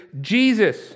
Jesus